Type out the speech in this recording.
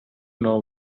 know